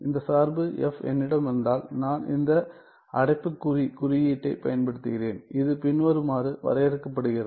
இந்த சார்பு f என்னிடம் இருந்தால் நான் இந்த அடைப்புக்குறி குறியீட்டைப் பயன்படுத்துகிறேன் இது பின்வருமாறு வரையறுக்கப்படுகிறது